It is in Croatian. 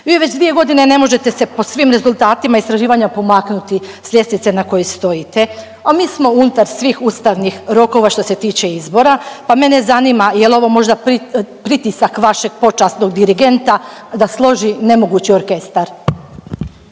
Vi već dvije godine ne možete se po svim rezultatima istraživanja pomaknuti s ljestvice na kojoj stojite, a mi smo unutar svih ustavnih rokova što se tiče izbora pa mene zanima jel ovo možda pritisak vašeg počasnog dirigenta da složi nemogući orkestar.